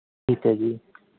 ਠੀਕ ਹੈ ਜੀ